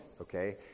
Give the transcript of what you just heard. okay